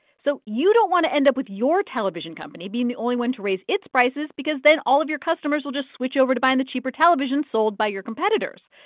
so you don't want to end up with your television company being the only one to raise its prices because then all of your customers will just switch over to buying the cheaper television sold by your competitors.